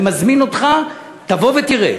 אני מזמין אותך, תבוא ותראה.